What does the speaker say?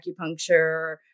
acupuncture